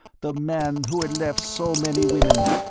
the man who had left so many women.